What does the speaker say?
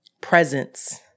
presence